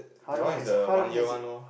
that one is the one year one [nor]